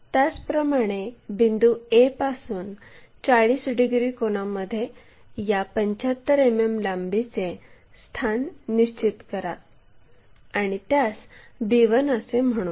त्याचप्रमाणे बिंदू a पासून 40 डिग्री कोनामध्ये या 75 मिमी लांबीचे स्थान निश्चित करा आणि त्यास b1 असे म्हणू